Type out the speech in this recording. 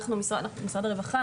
משרד הרווחה,